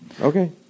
okay